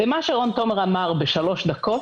ומה שרון תומר אמר בשלוש דקות